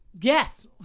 Yes